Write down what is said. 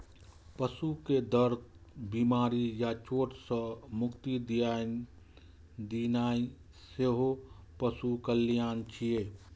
पशु कें दर्द, बीमारी या चोट सं मुक्ति दियेनाइ सेहो पशु कल्याण छियै